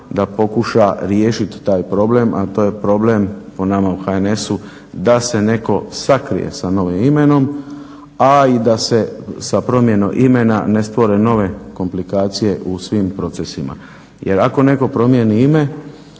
da pokuša riješiti taj problem, a to je problem po nama u HNS-u da se netko sakrije sa novim imenom, a i da se sa promjenom imena ne stvore nove komplikacije u svim procesima. Jer ako netko promijeni ime